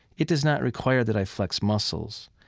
it does not require that i flex muscles.